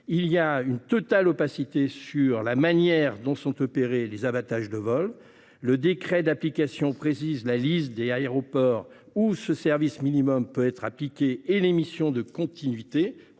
est totale sur la manière dont sont opérés les « abattages » de vol. Si le décret d'application précise la liste des aéroports où ce service minimum peut être appliqué et les missions de continuité